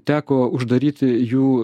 teko uždaryti jų